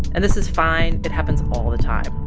and this is fine. it happens all the time.